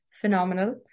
phenomenal